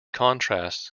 contrasts